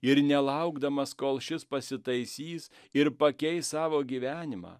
ir nelaukdamas kol šis pasitaisys ir pakeis savo gyvenimą